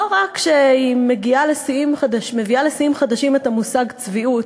לא רק שהיא מביאה לשיאים חדשים את המושג "צביעות"